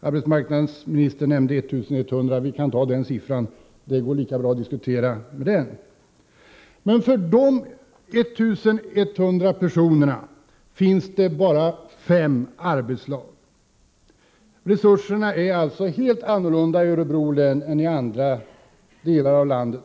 Arbetsmarknadsministern nämnde 1 100, och vi kan ju ta den siffran, det går lika bra att diskutera med den som utgångspunkt. Men för dessa 1 100 personer finns det bara 5 arbetslag. Resurserna är alltså helt annorlunda i Örebro län än i andra delar av landet.